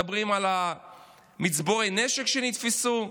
מדברים על מצבורי הנשק שנתפסו,